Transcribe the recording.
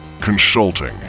Consulting